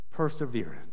Perseverance